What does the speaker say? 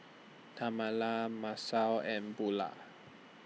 Tamala Masao and Bulah